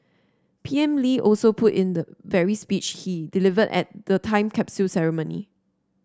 P M Lee also put in the very speech he delivered at the time capsule ceremony